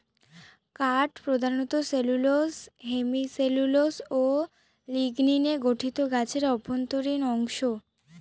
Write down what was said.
কাঠ প্রধানত cellulose hemicellulose ও লিগনিনে গঠিত গাছের অভ্যন্তরীণ অংশ